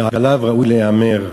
ועליו ראוי להיאמר,